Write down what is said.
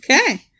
Okay